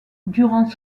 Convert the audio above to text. durant